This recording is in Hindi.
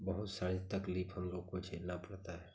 बहुत सारी तकलीफ़ हम लोग को झेलना पड़ता है